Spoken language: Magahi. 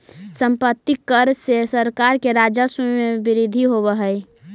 सम्पत्ति कर से सरकार के राजस्व में वृद्धि होवऽ हई